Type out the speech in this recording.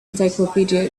encyclopedia